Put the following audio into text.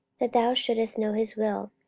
that thou shouldest know his will,